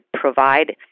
provide